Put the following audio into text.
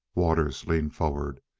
waters leaned forward.